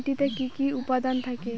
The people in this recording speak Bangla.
মাটিতে কি কি উপাদান থাকে?